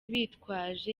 bitwaje